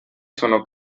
sono